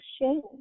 shame